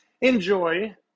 Enjoy